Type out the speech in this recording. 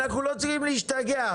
אנחנו לא צריכים להשתגע.